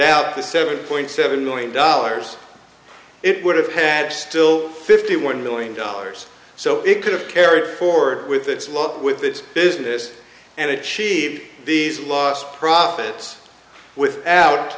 out the seven point seven million dollars it would have had still fifty one million dollars so it could have carried forward with its lot with its business and achieve these lost profits without